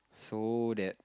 so that